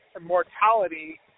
mortality